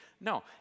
No